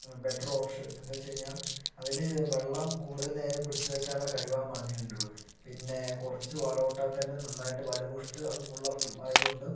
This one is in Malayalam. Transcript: ബെറ്റർ ഓപ്ഷൻ എന്താണെന്നുവെച്ച് കഴിഞ്ഞാൽ അതിൽ വെള്ളം കൂടുതൽ നേരം പിടിച്ച് വയ്ക്കാനുള്ള കഴിവ് ആ മണ്ണിനുണ്ട് പിന്നെ കുറച്ച് വളമിട്ടാൽ തന്നെ നന്നായിട്ട് ഫലഭൂഷ്ഠിത ഉള്ള ആയതുകൊണ്ടും